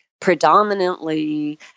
predominantly